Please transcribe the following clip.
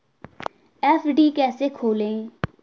FD कैसे खोलें?